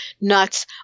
nuts